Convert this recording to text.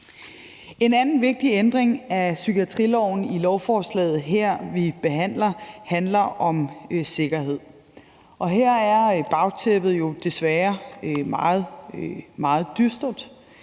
En anden vigtig ændring af psykiatriloven i lovforslaget, vi behandler her, handler om sikkerhed. Her er bagtæppet jo desværre meget, meget